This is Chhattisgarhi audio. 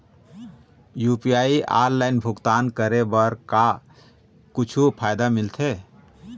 यू.पी.आई ऑनलाइन भुगतान करे बर का कुछू फायदा मिलथे?